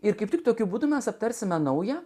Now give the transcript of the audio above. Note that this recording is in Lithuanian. ir kaip tik tokiu būdu mes aptarsime naują